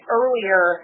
earlier